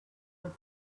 have